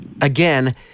again